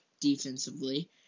defensively